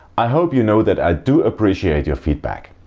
i hope you know that i do appreciate your feed-back.